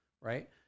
right